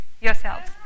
yourselves